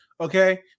Okay